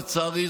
לצערי,